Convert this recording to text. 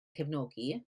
cefnogi